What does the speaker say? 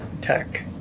tech